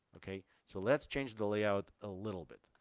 okay, so let's change the layout a little bit.